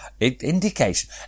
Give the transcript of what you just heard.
indication